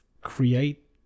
create